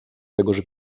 tegoż